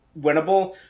winnable